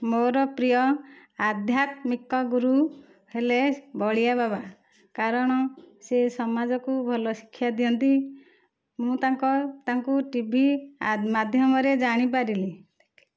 ମୋର ପ୍ରିୟ ଆଧ୍ୟାତ୍ମିକ ଗୁରୁ ହେଲେ ବଳିଆ ବାବା କାରଣ ସେ ସମାଜକୁ ଭଲ ଶିକ୍ଷା ଦିଅନ୍ତି ମୁଁ ତାଙ୍କ ତାଙ୍କୁ ଟିଭି ମାଧ୍ୟମରେ ଜାଣିପାରିଲି